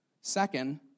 Second